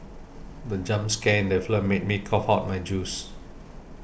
the jump scare in the film made me cough out my juice